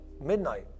midnight